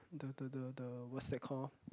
the the the the what's that call